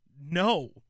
No